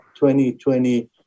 2020